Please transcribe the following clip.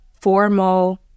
formal